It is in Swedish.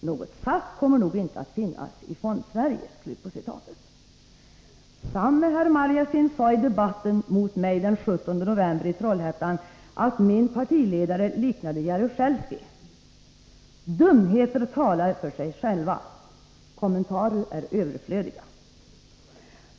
Något SAF kommer nog inte att finnas i Fondsverige.” Samme herr Marjasin sade i debatten mot mig den 17 november i Trollhättan att min partiledare liknade Jaruzelski. Dumheter talar för sig själva. Kommentarer är överflödiga.